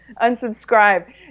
unsubscribe